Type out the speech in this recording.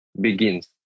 begins